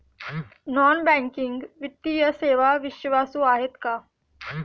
Non banking वित्तीय सेवा विश्वासू आहेत का?